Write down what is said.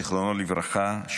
זיכרונו לברכה,